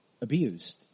abused